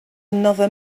another